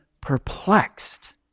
perplexed